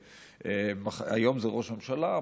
היום זה ראש ממשלה,